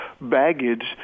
baggage